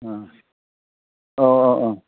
अ अ औ औ